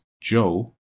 Joe